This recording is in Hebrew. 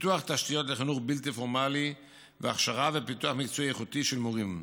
פיתוח תשתיות לחיבור בלתי פורמלי והכשרה ופיתוח מקצועי איכותי של מורים.